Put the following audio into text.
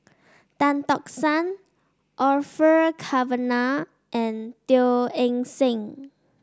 Tan Tock San Orfeur Cavenagh and Teo Eng Seng